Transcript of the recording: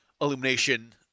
Illumination